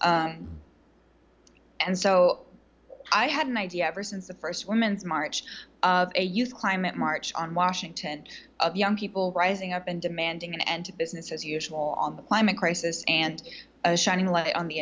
and so i had an idea ever since the st women's march of a youth climate march on washington of young people rising up and demanding an end to business as usual on the climate crisis and a shining light on the